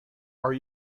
are